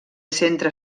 centre